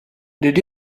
did